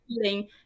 feeling